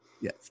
Yes